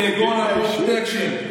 כגון הפרוטקשן,